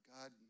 God